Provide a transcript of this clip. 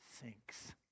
sinks